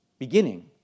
beginning